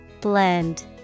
Blend